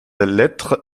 lettre